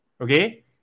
okay